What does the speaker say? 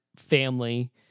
family